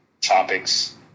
topics